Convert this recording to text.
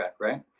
right